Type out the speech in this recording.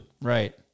Right